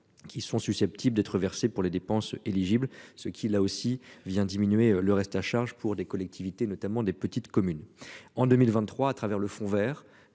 Qui sont susceptibles d'être versés pour les dépenses éligibles, ce qui là aussi vient diminuer le reste à charge pour des collectivités notamment des petites communes en 2023 à travers le Fonds Vert